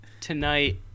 tonight